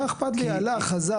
מה אכפת לי אם הוא הלך וחזר?